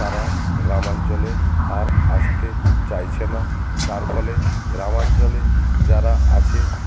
তারা গ্রামাঞ্চলে আর আসতে চাইছে না তার ফলে গ্রামাঞ্চলে যারা আছে